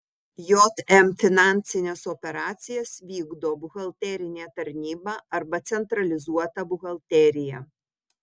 jm finansines operacijas vykdo buhalterinė tarnyba arba centralizuota buhalterija